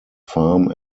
farm